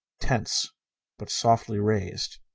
tense but softly raised.